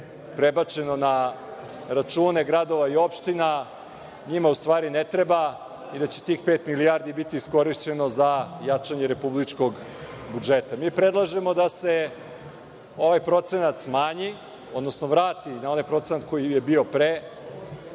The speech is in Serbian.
prebačeno na račune gradova i opština, njima u stvari ne treba i da će tih pet milijardi biti iskorišćeno za jačanje republičkog budžeta. Mi predlažemo da se ovaj procenat smanji, odnosno vrati na onaj procenat koji je bio pre.